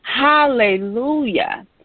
Hallelujah